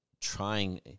trying